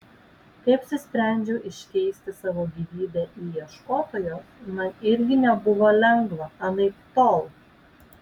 kai apsisprendžiau iškeisti savo gyvybę į ieškotojos man irgi nebuvo lengva anaiptol